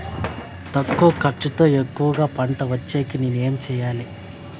తక్కువ ఖర్చుతో ఎక్కువగా పంట వచ్చేకి నేను ఏమి చేయాలి?